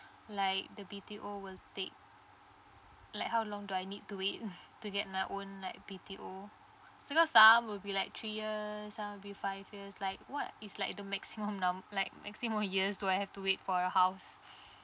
like the B_T_O will take like how long do I need to wait to get my own like B_T_O because some will be like three year some will be five years like what is like the maximum num~ like maximum years do I have to wait for a house